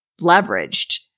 leveraged